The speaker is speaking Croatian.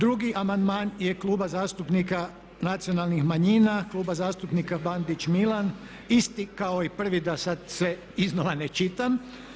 Drugi amandman je Kluba zastupnika nacionalnih manjina, Kluba zastupnika Bandić Milan isti kao i prvi da sad sve iznova ne čitam.